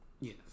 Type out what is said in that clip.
Yes